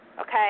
okay